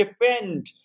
defend